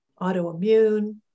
autoimmune